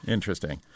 Interesting